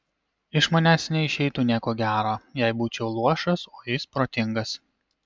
iš manęs neišeitų nieko gero jei būčiau luošas o jis protingas